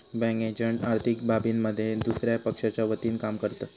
bank agent आर्थिक बाबींमध्ये दुसया पक्षाच्या वतीनं काम करतत